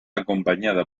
acompañada